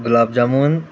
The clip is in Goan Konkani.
गुलाब जामून